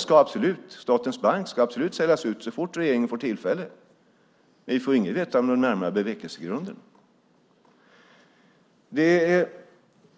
SBAB, statens bank, ska absolut säljas ut så fort regeringen får tillfälle, men vi får ingenting veta om den närmare bevekelsegrunden. Det är